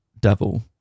devil